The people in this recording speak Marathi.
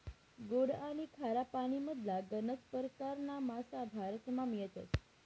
गोड आनी खारा पानीमधला गनज परकारना मासा भारतमा मियतस